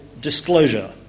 disclosure